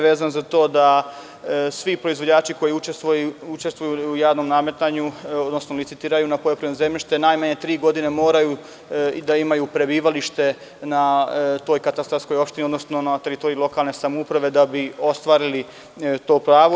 Vezano je za to da svi proizvođači koji učestvuju u javnom nadmetanju, odnosno licitiranju, za poljoprivredno zemljište, najmanje tri godine moraju da imaju prebivalište na toj katastarskoj opštini, odnosno na teritoriji lokalne samouprave da bi ostvarili to pravo.